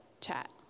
chat